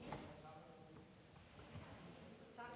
Tak.